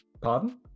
Pardon